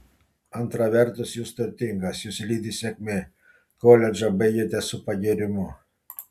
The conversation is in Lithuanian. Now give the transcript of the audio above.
antra vertus jūs turtingas jus lydi sėkmė koledžą baigėte su pagyrimu